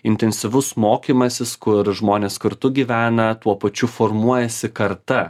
intensyvus mokymasis kur žmonės kartu gyvena tuo pačiu formuojasi karta